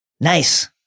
Nice